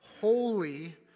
holy